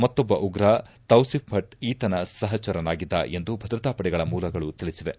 ಮತ್ತೊಬ್ಬ ಉಗ್ರ ತೌಸಿಫ್ ಭಭಟ್ ಈತನ ಸಹಚರನಾಗಿದ್ದ ಎಂದು ಭದ್ರತಾಪಡೆಗಳ ಮೂಲಗಳು ತಿಳಿಸಿವೆ